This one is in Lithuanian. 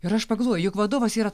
ir aš pagalvoju juk vadovas yra